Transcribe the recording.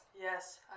Yes